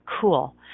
cool